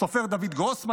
הסופר דוד גרוסמן,